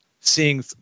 seeing